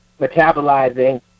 metabolizing